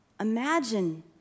Imagine